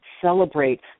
Celebrate